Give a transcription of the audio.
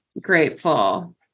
grateful